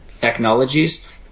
technologies